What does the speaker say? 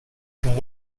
can